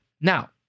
Now